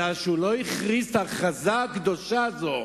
כי הוא לא הכריז את ההכרזה הקדושה הזאת: